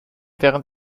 während